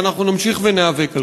ואנחנו נמשיך להיאבק על כך.